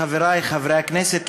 חברי חברי הכנסת,